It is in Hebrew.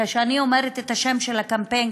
כשאני אומרת את השם של הקמפיין,